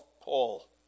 Paul